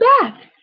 back